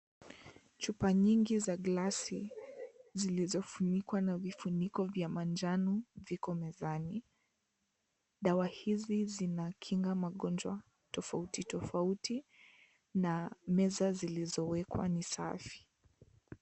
Chupa nyingi za glasi, zilizofunikwa na vifuniko vya manjano, ziko mazani. Dawa hizi zinakinga magonjwa tofauti, na meza zilizowekwa ni safi.